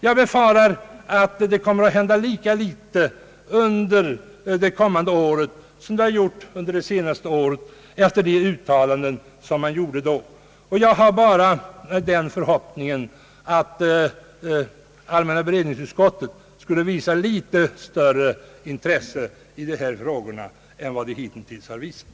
Jag befarar att det kommer att hända lika litet under det kommande året som det har hänt under det senaste året efter de uttalanden som man gjorde då. Jag har bara den förhoppningen att allmänna beredningsutskottet skall visa litet större intresse i dessa frågor än vad det hittills har visat.